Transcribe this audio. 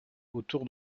autour